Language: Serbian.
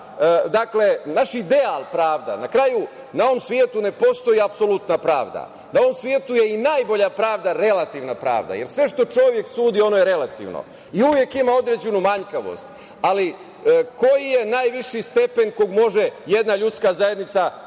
bude naš ideal pravda, na kraju, na ovom svetu ne postoji apsolutna pravda, na ovom svetu je i najbolja pravda relativna pravde, jer sve što čovek sudi ono je relativno i uvek ima određenu manjkavost, ali koji je najviši stepen kog može jedna ljudska zajednica dostići